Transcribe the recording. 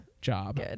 job